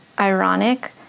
ironic